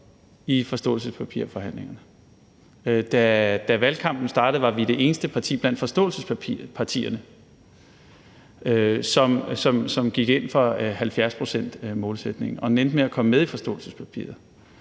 i forståelsespapirforhandlingerne. Da valgkampen startede, var vi det eneste parti blandt forståelsespartierne, som gik ind for 70-procentsmålsætningen, og den endte med at komme med i forståelsespapiret.